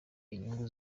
inyungu